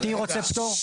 אני רוצה פטור --- רגע.